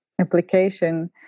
application